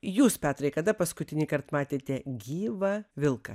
jūs petrai kada paskutinįkart matėte gyvą vilką